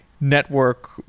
network